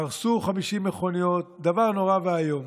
הרסו 50 מכוניות, דבר נורא ואיום,